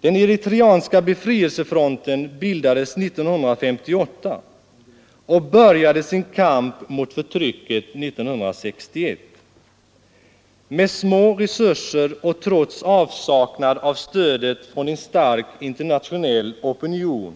Den eritreanska befrielsefronten bildades 1958 och började sin kamp mot förtrycket 1961. Med små resurser och trots avsaknad av stöd från en stark internationell opinion